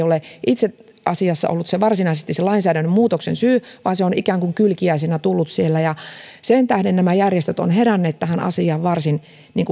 ole itse asiassa ollut varsinaisesti se lainsäädännön muutoksen syy vaan on ikään kuin kylkiäisenä tullut siellä sen tähden nämä järjestöt ovat heränneet tähän asiaan varsin